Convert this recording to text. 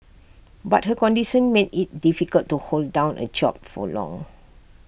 but her condition made IT difficult to hold down A job for long